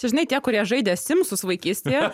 čia žinai tie kurie žaidė simsus vaikystėje